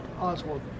Oswald